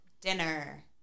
Dinner